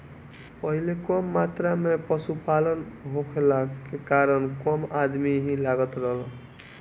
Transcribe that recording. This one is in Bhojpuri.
पहिले कम मात्रा में पशुपालन होखला के कारण कम अदमी ही लागत रहलन